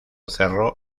cerro